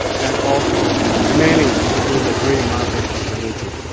and also many in the gray market of religion.